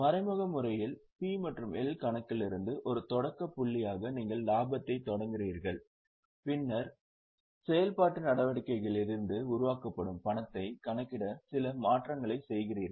மறைமுக முறையில் P மற்றும் L கணக்கிலிருந்து ஒரு தொடக்க புள்ளியாக நீங்கள் லாபத்தைத் தொடங்குகிறீர்கள் பின்னர் செயல்பாட்டு நடவடிக்கைகளிலிருந்து உருவாக்கப்படும் பணத்தைக் கணக்கிட சில மாற்றங்களைச் செய்கிறீர்கள்